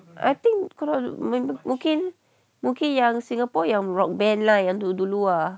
I think kalau mungkin mungkin yang singapore yang rock band lah yang dulu-dulu ah